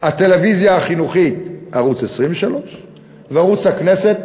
הטלוויזיה החינוכית, ערוץ 23 וערוץ הכנסת,